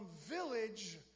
village